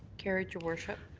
carried, your worship.